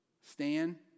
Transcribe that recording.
Stan